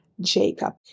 Jacob